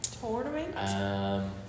Tournament